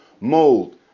mold